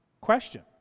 question